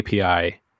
API